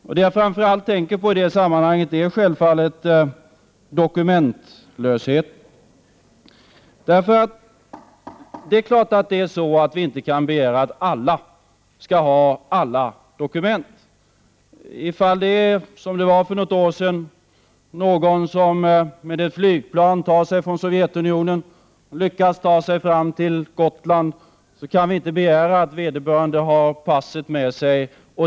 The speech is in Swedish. Vad jag i det sammanhanget framför allt tänker på är självfallet dokumentlösheten. Det är klart att vi inte kan begära att alla Prot. 1988/89:125 skall ha alla dokument. Om någon, som det hände för något år sedan, med 31 maj 1989 flygplan lyckas ta sig från Sovjetunionen till Gotland, kan vi inte begära att vederbörande har passet med sig.